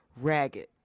ragged